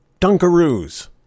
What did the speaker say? Dunkaroos